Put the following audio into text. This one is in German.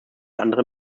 andere